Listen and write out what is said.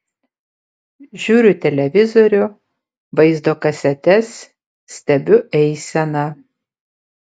žiūriu televizorių vaizdo kasetes stebiu eiseną